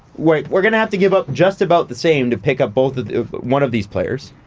we're we're gonna have to give up just about the same to pick up both of one of these players.